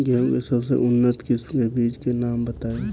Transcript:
गेहूं के सबसे उन्नत किस्म के बिज के नाम बताई?